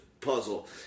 Puzzle